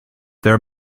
there